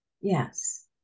yes